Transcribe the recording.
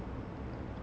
mm mm